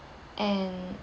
and